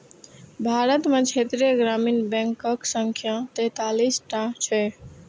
भारत मे क्षेत्रीय ग्रामीण बैंकक संख्या तैंतालीस टा छै